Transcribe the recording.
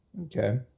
Okay